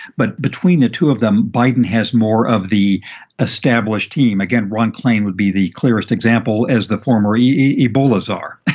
but between the two of them, biden has more of the established team. again, ron klain would be the clearest example as the former ebola czar,